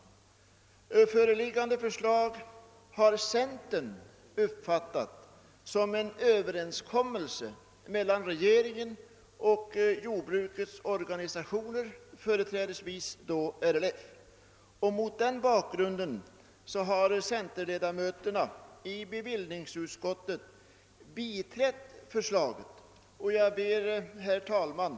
Föreliggande förslag har centern uppfattat som en överenskommelse mellan regeringen och jordbrukets organisationer, företrädesvis RLF. Mot den bakgrunden har centerledamöterna i bevillningsutskottet biträtt förslaget. Herr talman!